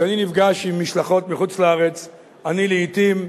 כשאני נפגש עם משלחות מחוץ-לארץ אני לעתים,